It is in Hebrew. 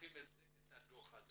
שולחים אליהם את הדוח הזה?